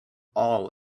all